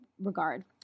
Regard